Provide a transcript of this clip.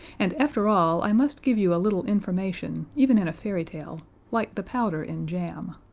and after all, i must give you a little information even in a fairy tale like the powder in jam.